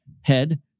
head